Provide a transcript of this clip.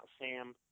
Sam